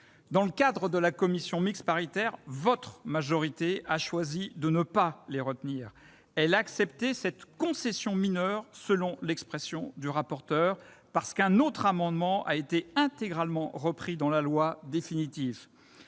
des travaux de la commission mixte paritaire, votre majorité a choisi de ne pas les retenir. Elle a accepté cette « concession mineure » selon l'expression du rapporteur, parce que le dispositif d'un autre amendement a été intégralement repris dans la loi définitive.